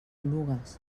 oluges